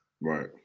Right